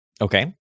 Okay